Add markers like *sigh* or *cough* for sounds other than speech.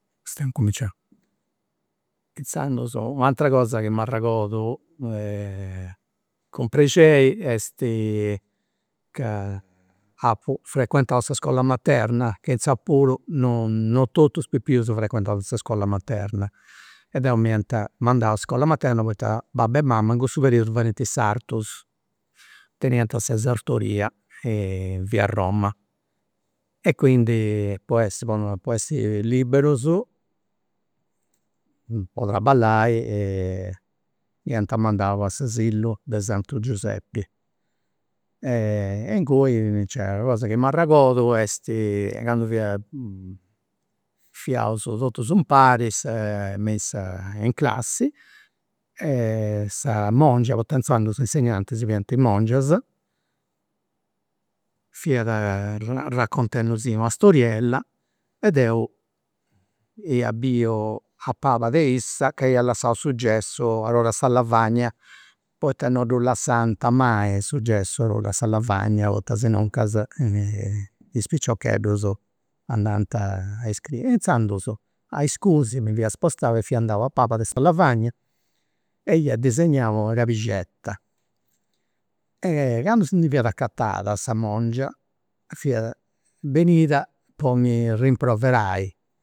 *unintelligible* inzandus u' atera cosa chi m'arregordu *hesitation* cun prexeri est ca apu frequentau sa iscola materna ca inzandus puru non non totus is pipius frequentant sa iscola materna, e deu m'iant mandau a sa iscola materna poita babbu e mama in cussu periodu fadiant is sartus, teniant sa sartoria in via roma e quindi po essi, po no, po essi liberus, po traballai m'iant mandau a s'asilu de santu giuseppi e inguni una cosa chi m'arregordu est candu fia *hesitation* fiaus totus impari in *hesitation* in classi e sa mongia, poita inzandus insegnantis fiant i' mongias, fiat raccontendusì una storiella e deu ia biu a palas de issa chi iat lassau su gessu a or'a oru a sa lavagna, poita non ddu lassant mai su gessu a or'a oru a sa lavagna poita asinuncas is piciocheddus andant a iscriri, e inzandus ai scusi mi fia spostau e fia andau a palas de sa lavagna e ia disegnau una cabixetta e candu si ndi fiat acatada sa mongia fiat benia po mi rimproverai